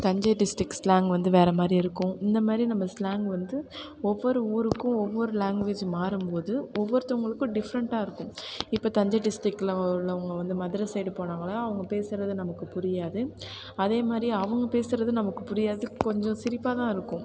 Thanjai district slang வந்து வேறு மாதிரி இருக்கும் இந்த மாதிரி நம்ம ஸ்லாங் வந்து ஒவ்வொரு ஊருக்கும் ஒவ்வொரு லாங்குவேஜ் மாறும்போது ஒவ்வொருத்தவங்களுக்கும் டிஃப்ரெண்ட்டாக இருக்கும் இப்போ தஞ்சை டிஸ்ட்டிக்கில் உள்ளவங்க வந்து மதுரை சைடு போனாங்கன்னால் அவங்க பேசுவது நமக்கு புரியாது அதேமாதிரி அவங்க பேசுவது நமக்கு புரியாது கொஞ்சம் சிரிப்பாக தான் இருக்கும்